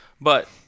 But-